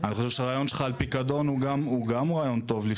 אני חושב שהרעיון שלך על פיקדון הוא גם רעיון טוב,